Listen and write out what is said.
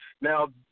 Now